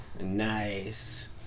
Nice